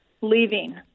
Leaving